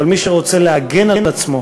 אבל מי שרוצה להגן על עצמו